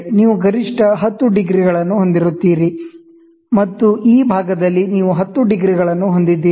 ನೀವು ಗರಿಷ್ಠ 10 ಡಿಗ್ರಿಗಳನ್ನು ಹೊಂದಿರುತ್ತೀರಿ ಮತ್ತು ಈ ಭಾಗದಲ್ಲಿ ನೀವು 10 ಡಿಗ್ರಿಗಳನ್ನು ಹೊಂದಿರುತ್ತೀರಿ